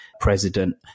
president